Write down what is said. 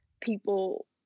people